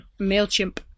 MailChimp